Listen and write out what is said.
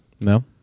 No